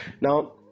now